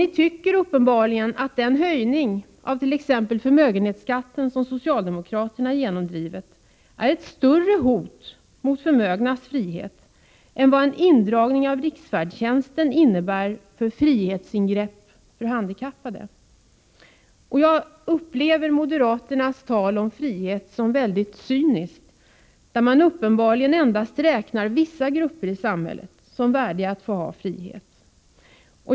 Ni tycker uppenbarligen att den höjning av t.ex. förmögenhetsskatten som socialdemokraterna genomdriver är ett större hot mot förmögnas frihet än det frihetsingrepp som en indragning av riksfärdtjänsten för handikappade innebär. Jag upplever moderaternas tal om frihet som mycket cyniskt. Man räknar uppenbarligen endast vissa grupper i samhället som värdiga att få ha frihet.